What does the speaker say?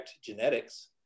genetics